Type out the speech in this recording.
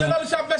זה לא לשבש דיון.